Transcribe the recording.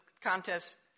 contest